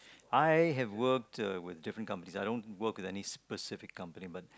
I have worked uh with different company I don't work with specific company but